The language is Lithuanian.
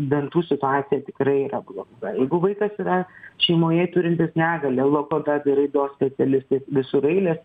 dantų situacija tikrai yra bloga jeigu vaikas yra šeimoje turintis negalią logopedai raidos specialistai visur eilės